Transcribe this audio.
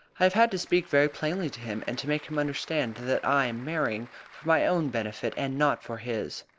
i have had to speak very plainly to him, and to make him understand that i am marrying for my own benefit and not for his.